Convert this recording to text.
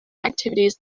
activities